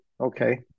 okay